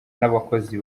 n’abakozi